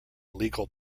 legal